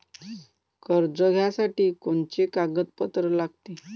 कर्ज घ्यासाठी कोनचे कागदपत्र लागते?